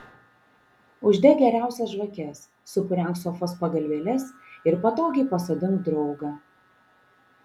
uždek geriausias žvakes supurenk sofos pagalvėles ir patogiai pasodink draugą